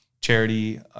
charity